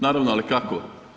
Naravno, ali kako?